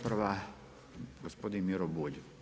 Prva, gospodin Miro Bulj.